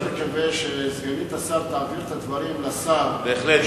אני מאוד מקווה שסגנית השר תעביר את הדברים לשר בהחלט,